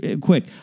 quick